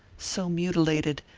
so mutilated,